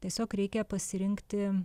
tiesiog reikia pasirinkti